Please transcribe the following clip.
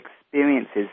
experiences